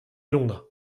londres